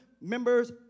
members